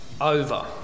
Over